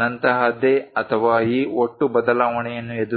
ನಂತಹದ್ದೇ ಅಥವಾ ಈ ಒಟ್ಟು ಬದಲಾವಣೆಯನ್ನು ಎದುರಿಸಲು 25